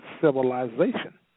civilization